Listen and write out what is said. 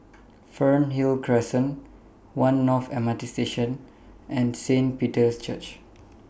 Fernhill Crescent one North M R T Station and Saint Peter's Church